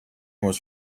was